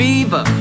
Fever